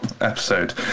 episode